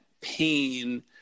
pain